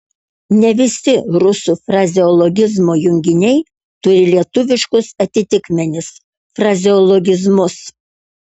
ne visi rusų frazeologizmo junginiai turi lietuviškus atitikmenis frazeologizmus